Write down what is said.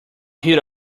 head